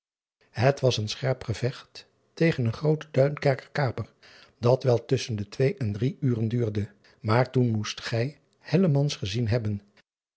et was een scherp gevecht tegen driaan oosjes zn et leven van illegonda uisman een grooten uinkerker aper dat wel tusschen de twee en drie uren duurde maar toen moest gij gezien hebben